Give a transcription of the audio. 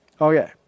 Okay